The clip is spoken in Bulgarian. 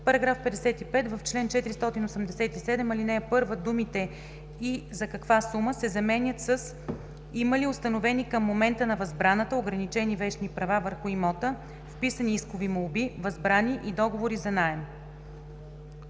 § 55: „§ 55. В чл. 487, ал. 1 думите „и за каква сума“ се заменят с “има ли установени към момента на възбраната ограничени вещни права върху имота, вписани искови молби, възбрани и договори за наем“.“